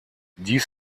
dies